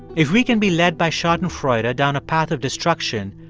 if we can be led by schadenfreude ah down a path of destruction,